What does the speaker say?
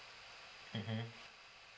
mmhmm